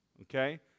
okay